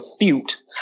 refute